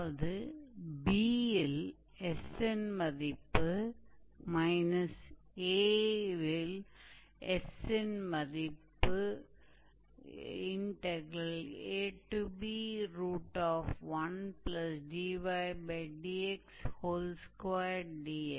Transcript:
तो यह मूल रूप से आर्क है आइए हम कहते हैं हम इसे ab कह सकते हैं तो मूल रूप से यह आर्क की लंबाई है जो इस फोर्मूले के बराबर है